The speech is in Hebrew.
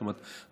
זאת אומרת,